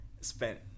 spent